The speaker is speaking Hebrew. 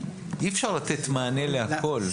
אי אפשר לתת מענה לכל.